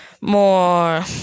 more